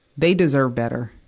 they deserve better.